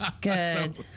Good